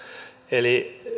eli